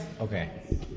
Okay